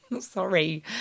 Sorry